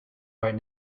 right